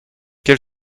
quel